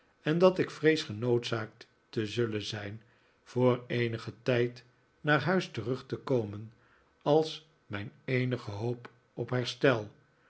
en dat ik vrees genoodzaakt te zullen zijn voor eenigen tijd naar huis terug te komen als mijn eenige hoop op herstel